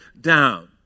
down